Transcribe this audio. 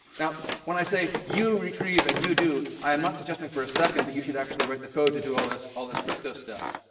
now, when i say, you retrieve and you do, i'm not suggesting for a second that you should actually write the code to do all this all this crypto stuff.